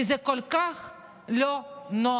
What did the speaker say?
כי זה כל כך לא נוח.